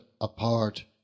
apart